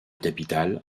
capitale